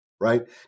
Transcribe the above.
Right